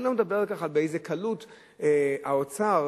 אני לא מדבר על הקלות שבה האוצר